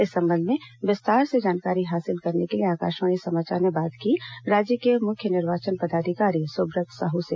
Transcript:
इस संबंध में विस्तार से जानकारी हासिल करने के लिए आकाशवाणी समाचार ने बात की राज्य के मुख्य निर्वाचन पदाधिकारी सुब्रत साहू से